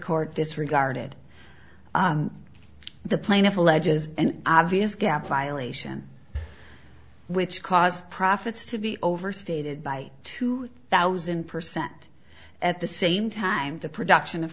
court disregarded the plaintiff alleges and obvious gap violation which caused profits to be overstated by two thousand percent at the same time the production of